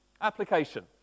Application